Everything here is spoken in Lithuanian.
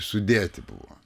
sudėti buvo